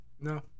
No